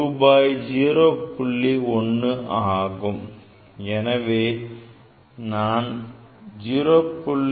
01 ஆகும் எனவே நான் 0